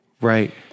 Right